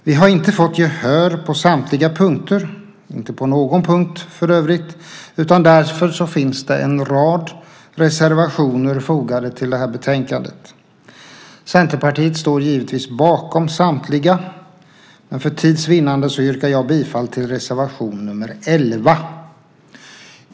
Vi har inte fått gehör på samtliga punkter, inte på någon punkt för övrigt, och därför finns det en rad reservationer fogade till betänkandet. Centerpartiet står givetvis bakom samtliga, men för tids vinnande yrkar jag bifall till reservation nr 11.